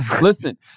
Listen